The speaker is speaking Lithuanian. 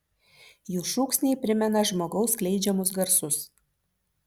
jų šūksniai primena žmogaus skleidžiamus garsus